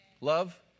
Love